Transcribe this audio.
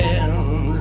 end